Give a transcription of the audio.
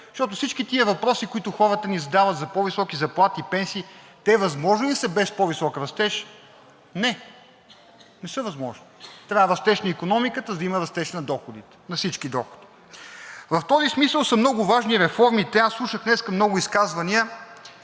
Защото всички тези въпроси, които хората ни задават за по-високи заплати и пенсии, те възможни ли са без по висок растеж? Не, не са възможни. Трябва растеж на икономиката, за да има растеж на доходите, на всички доходи. В този смисъл са много важни реформите. Слушах днес много изказвания,